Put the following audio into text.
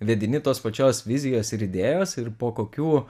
vedini tos pačios vizijos ir idėjos ir po kokių